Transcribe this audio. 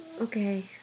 Okay